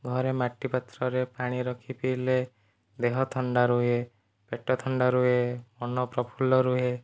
ଘରେ ମାଟିପାତ୍ରରେ ପାଣି ରଖି ପିଇଲେ ଦେହ ଥଣ୍ଡା ରୁହେ ପେଟ ଥଣ୍ଡା ରୁହେ ମନ ପ୍ରଫୁଲ୍ଲ ରୁହେ